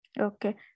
Okay